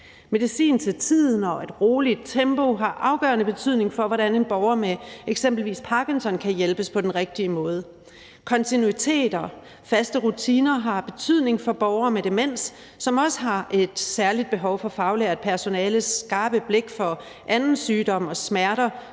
medicin til tiden og et roligt tempo har afgørende betydning for, hvordan en borger med eksempelvis parkinson kan hjælpes på den rigtige måde. Kontinuitet og faste rutiner har betydning for borgere med demens, som også har et særligt behov for faglært personales skarpe blik for anden sygdom og smerter,